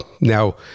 Now